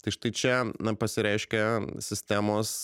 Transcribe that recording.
tai štai čia na pasireiškia sistemos